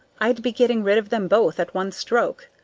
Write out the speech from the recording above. i'd be getting rid of them both at one stroke.